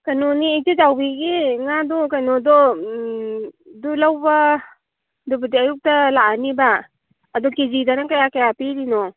ꯀꯩꯅꯣꯅꯤ ꯏꯆꯦ ꯆꯥꯎꯕꯤꯒꯤ ꯉꯥꯗꯣ ꯀꯩꯅꯣꯗꯣ ꯑꯗꯨ ꯂꯧꯕ ꯑꯗꯨꯕꯨꯗꯤ ꯑꯌꯨꯛꯇ ꯂꯥꯛꯑꯅꯤꯕ ꯑꯗꯨ ꯀꯦ ꯖꯤꯗ ꯅꯪ ꯀꯌꯥ ꯀꯌꯥ ꯄꯤꯔꯤꯅꯣ